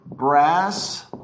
Brass